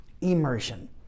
immersion